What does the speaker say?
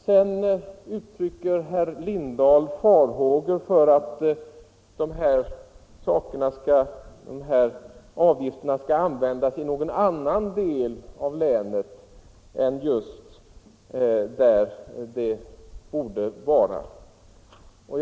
Herr Lindahl uttrycker farhågor för att dessa avgifter skall användas i någon annan del än just där de borde användas.